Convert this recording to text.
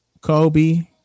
Kobe